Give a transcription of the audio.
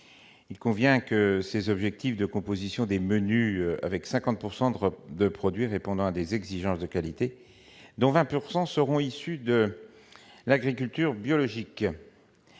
à reprendre les objectifs de composition des menus avec 50 % de produits répondant à des exigences de qualité, dont 20 % issus de l'agriculture biologique.